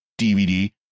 DVD